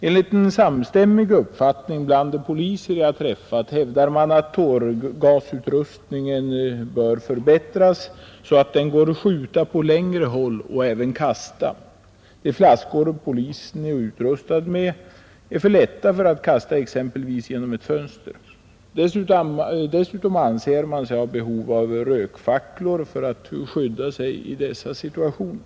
Enligt en samstämmig uppfattning bland de poliser jag har träffat hävdar man att tårgasutrustningen bör förbättras, så att den går att skjuta med på längre håll än nu och även kasta. De flaskor poliserna är utrustade med är för lätta för att kasta exempelvis genom ett fönster. Dessutom anser man sig ha behov av rökfacklor för att skydda sig i dessa situationer.